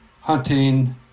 hunting